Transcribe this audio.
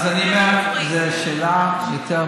אז אני אומר: זו יותר שאלה משפטית.